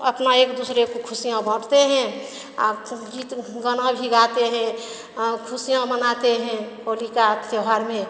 अपना एक दूसरे को खुशियाँ बाँटते हैं खूब गीत गाना भी गाते हैं खुशियाँ मनाते हैं होली का त्योहार में